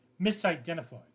misidentified